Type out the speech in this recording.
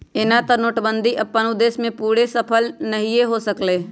एना तऽ नोटबन्दि अप्पन उद्देश्य में पूरे सूफल नहीए हो सकलै